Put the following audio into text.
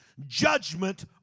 judgment